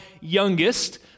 youngest